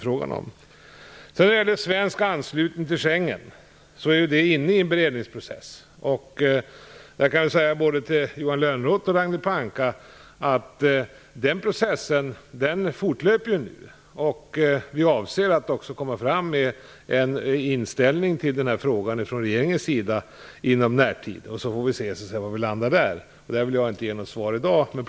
Frågan om svensk anslutning till Schengenavtalet är inne i en beredningsprocess. Jag kan säga till både Johan Lönnroth och Ragnhild Pohanka att den processen fortlöper. Vi avser att komma fram med en inställning till frågan från regeringens sida inom kort. Vi får se var vi landar, det vill jag i dag inte uttala mig om.